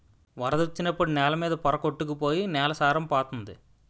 వరదొచ్చినప్పుడు నేల మీద పోర కొట్టుకు పోయి నేల సారం పోతంది